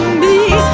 me,